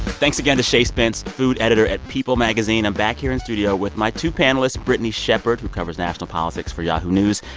thanks again to shay spence, food editor at people magazine. i'm back here in studio with my two panelists brittany shepherd, who covers national politics for yahoo news,